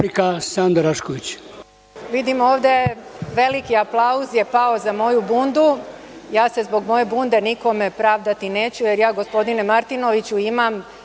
Sanda Rašković